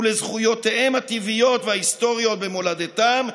ולזכויותיהם הטבעיות וההיסטוריות במולדתם,